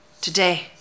today